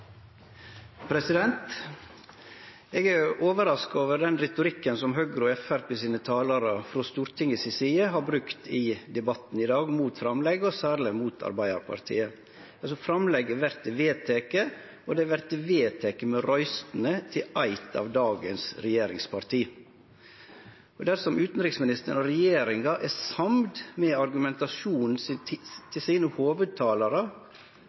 overraska over retorikken som Høgres og Framstegspartiets talarar frå Stortingets side har brukt i debatten i dag, mot framlegg, og særleg mot Arbeidarpartiet. Framlegget vert vedteke, og det vert vedteke med røystene til eitt av regjeringspartia. Dersom utanriksministeren og regjeringa er samde i argumentasjonen til sine hovudtalarar